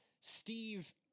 Steve